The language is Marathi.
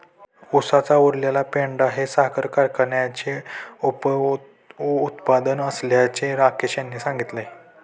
उसाचा उरलेला पेंढा हे साखर कारखान्याचे उपउत्पादन असल्याचे राकेश यांनी सांगितले